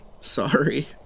sorry